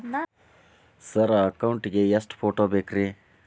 Sir account ಗೇ ಎಷ್ಟು photo ಬೇಕ್ರಿ?